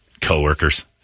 co-workers